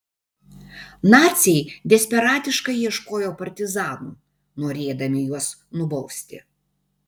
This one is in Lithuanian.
naciai desperatiškai ieškojo partizanų norėdami juos nubausti